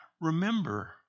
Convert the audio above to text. Remember